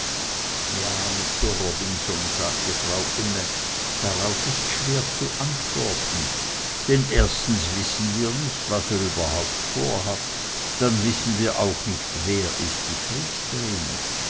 ja mister robinson sagte frau imme darauf ist schwer zu antworten denn erstens wissen wir nicht was er überhaupt vorhat und dann wissen wir auch nicht wer ist die priesterin